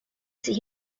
see